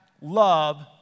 love